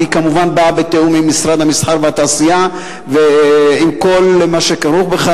והיא כמובן באה בתיאום עם משרד המסחר והתעשייה ועם כל מה שכרוך בכך.